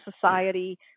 society